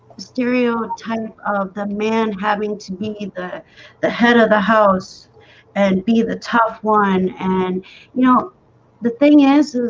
stereotype of the man having to be the the head of the house and be the tough one and you know the thing is is